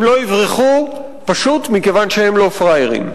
הם לא יברחו, פשוט מכיוון שהם לא פראיירים.